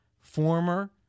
former